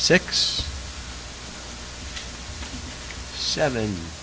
six seven